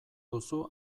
duzu